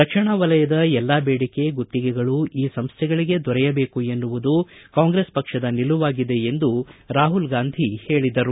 ರಕ್ಷಣಾ ವಲಯದ ಎಲ್ಲಾ ಬೇಡಿಕೆ ಗುತ್ತಿಗೆಗಳೂ ಈ ಸಂಸ್ಥೆಗಳಗೇ ದೊರೆಯಬೇಕು ಎನ್ನುವುದು ಕಾಂಗ್ರೆಸ್ ಪಕ್ಷದ ನಿಲುವಾಗಿದೆ ಎಂದು ರಾಹುಲ್ಗಾಂಧಿ ಹೇಳದರು